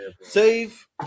Save